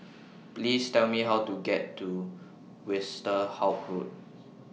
Please Tell Me How to get to Westerhout Road